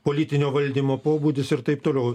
politinio valdymo pobūdis ir taip toliau